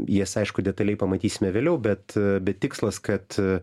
jas aišku detaliai pamatysime vėliau bet bet tikslas kad